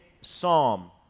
psalm